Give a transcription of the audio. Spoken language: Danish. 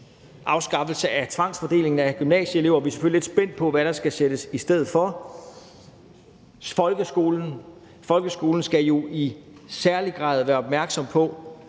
afskaffelse af tvangsfordeling af gymnasieelever. Vi er selvfølgelig lidt spændt på, hvad der skal sættes i stedet for. Folkeskolen skal jo i særlig grad være opmærksom på,